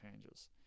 changes